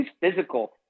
physical